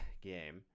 game